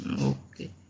Okay